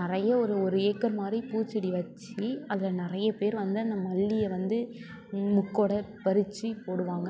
நிறைய ஒரு ஒரு ஏக்கர் மாதிரி பூச்செடி வச்சு அதில் நிறைய பேர் வந்து அந்த மல்லியை வந்து மொக்டோட பறிச்சுப் போடுவாங்க